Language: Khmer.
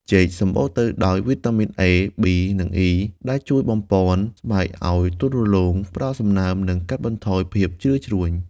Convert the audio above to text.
ចេក សម្បូរទៅដោយវីតាមីន អេ (A), ប៊ី (B) និង អុី (E) ដែលជួយបំប៉នស្បែកឲ្យទន់រលោង ផ្តល់សំណើម និងកាត់បន្ថយភាពជ្រីវជ្រួញ។